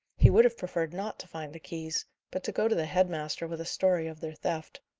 he would have preferred not to find the keys but to go to the head-master with a story of their theft.